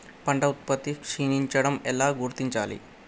పంట ఉత్పత్తి క్షీణించడం ఎలా గుర్తించాలి?